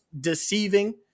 deceiving